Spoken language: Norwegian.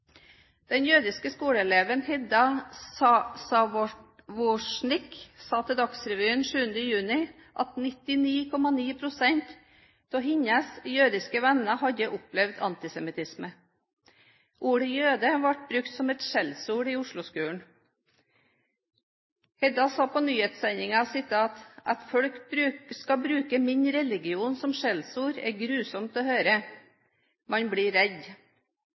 Den jødiske skoleeleven Hedda Savosnick sa til Dagsrevyen 7. juni at 99,9 pst. av hennes jødiske venner hadde opplevd antisemittisme. Ordet «jøde» blir brukt som skjellsord i osloskolen. Hedda sa på nyhetssendingen: «At folk skal bruke min religion som et skjellsord er grusomt å høre. Man blir veldig redd.»